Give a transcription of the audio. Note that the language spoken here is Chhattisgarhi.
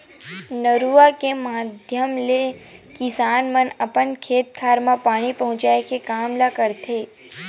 नरूवा के माधियम ले ही किसान मन अपन खेत खार म पानी पहुँचाय के काम ल करथे